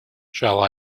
shall